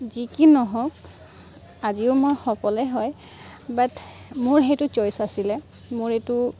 যি কি নহওক আজিও মই সফলে হয় বাট মোৰ সেইটো চইচ আছিলে মোৰ এইটো